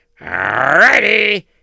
Alrighty